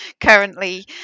currently